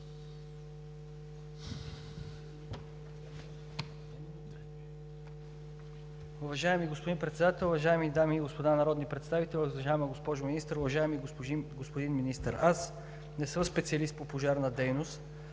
Уважаеми господин Председател, уважаеми дами и господа народни представители, уважаема госпожо Министър, уважаеми господин Министър! Аз не съм специалист по пожарна дейност,